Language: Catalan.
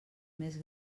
més